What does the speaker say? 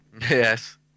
Yes